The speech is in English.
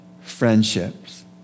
friendships